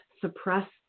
suppress